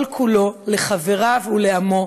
כל-כולו לחבריו ולעמו,